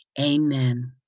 Amen